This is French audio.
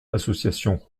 association